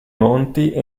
monti